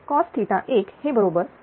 cos1 हे बरोबर 0